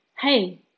hey